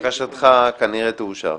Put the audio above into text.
בקשתך כנראה תאושר.